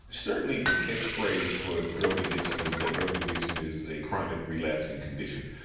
certainly the catch phrase for drug addiction is that drug addiction is a chronic relapsing condition.